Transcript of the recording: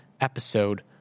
episode